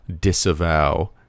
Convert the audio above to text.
disavow